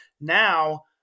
now